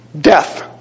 death